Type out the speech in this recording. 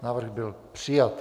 Návrh byl přijat.